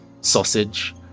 sausage